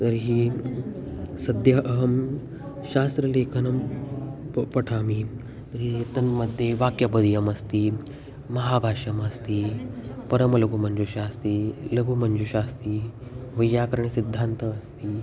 तर्हि सद्यः अहं शास्त्रलेखनं प पठामि तर्हि तन्मध्ये वाक्यपदीयमस्ति महाभाष्यम् अस्ति परमलघुमञ्जुषा अस्ति लघुमञ्जुषा अस्ति वैयाकरणसिद्धान्तः अस्ति